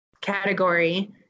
category